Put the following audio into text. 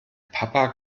papa